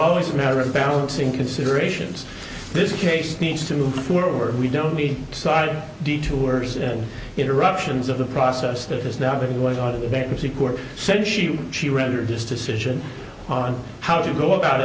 always a matter of balancing considerations this case needs to move forward we don't need side detours and interruptions of the process that there's nothing going on in the bankruptcy court said she she rendered this decision on how to go about